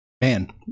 Man